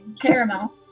caramel